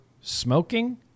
smoking